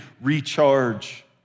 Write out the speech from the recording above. recharge